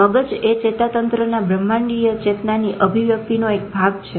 મગજએ ચેતાતંત્રના બ્રહ્માંડીય ચેતનાની અભિવ્યક્તિનો એક ભાગ છે